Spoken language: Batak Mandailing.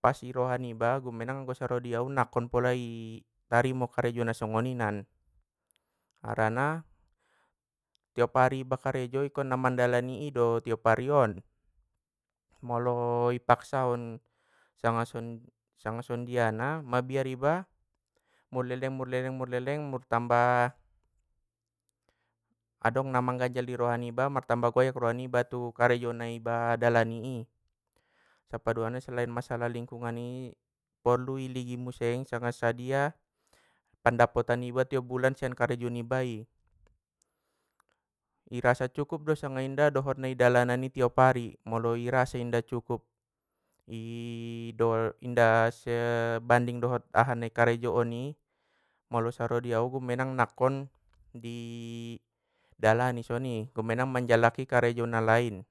pas di roha niba ummenang anggo saro di au nangkon pola i tarimo karejo na songoninan harana, tiop ari iba karejo ikkon na mandalani i do tiop ari on, molo i paksaon sanga songon jia na mabiar iba murleleng murleleng murleleng murtamba adong na mangganjal i roha niba martamba goyak roha niba tu karejo na iba layani i, sappaduana selain masalah lingkungan i porlu i ligin muse sanga sajia pandapotan niba tiop bulan sian karejo niba i, i rasa cukup do sanga inda dohot na i dalanan i tiop ari, molo i rasa inda cukup inda se banding dohot aha na i karejo on i, molo saro di au ummenang nangkon i dalani songoni ummenang jalaki karejo na lain.